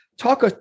Talk